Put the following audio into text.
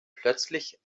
plötzlich